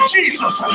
Jesus